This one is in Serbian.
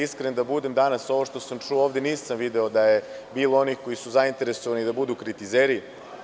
Iskren da budem, danas ovo što sam ovde čuo, nisam video da je bilo onih koji su zainteresovani da budu kritizeri.